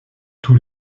tous